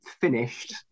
finished